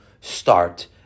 Start